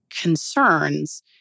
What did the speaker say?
concerns